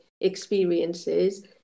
experiences